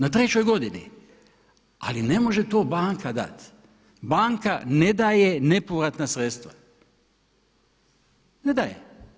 Na trećoj godini, ali ne može tu banka dat, banka ne daje nepovratna sredstva, ne daje.